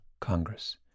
Congress